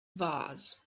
vase